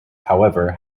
however